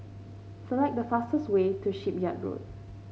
select the fastest way to Shipyard Road